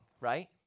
right